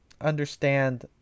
understand